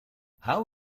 how